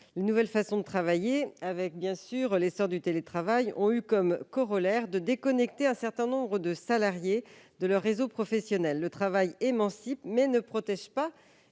Les nouvelles façons de travailler, avec l'essor du télétravail, ont eu comme corollaire de déconnecter un certain nombre de salariés de leur réseau professionnel. Le travail émancipe, mais ne protège pas